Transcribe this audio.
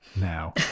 now